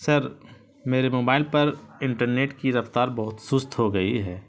سر میرے موبائل پر انٹرنیٹ کی رفتار بہت سست ہو گئی ہے